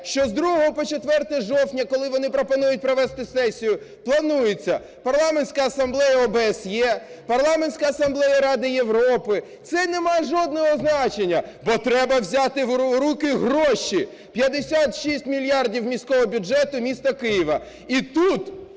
що з 2 по 4 жовтня, коли вони пропонують провести сесію, планується Парламентська асамблея ОБСЄ, Парламентська асамблея Ради Європи, це не має жодного значення. Бо треба взяти в руки гроші – 56 мільярдів міського бюджету міста Києва. І тут,